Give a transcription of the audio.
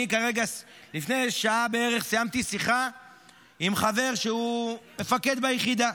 לפני שעה בערך סיימתי שיחה עם חבר שהוא מפקד ביחידה,